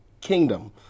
kingdom